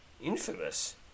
infamous